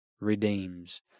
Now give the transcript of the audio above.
redeems